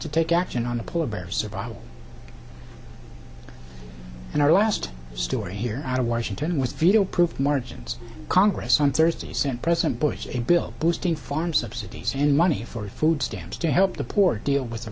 to take action on the poor bear survival in our last story here out of washington with veto proof margins congress on thursday sent president bush a bill boosting farm subsidies in money for food stamps to help the poor deal with the